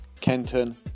Kenton